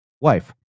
wife